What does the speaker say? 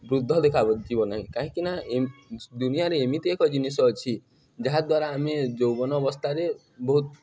ବୃଦ୍ଧ ଦେଖା ଯିବନାହିଁ କାହିଁକିନା ଏ ଦୁନିଆରେ ଏମିତି ଏକ ଜିନିଷ ଅଛି ଯାହା ଦ୍ୱାରା ଆମେ ଯୌବନ ଅବସ୍ଥାରେ ବହୁତ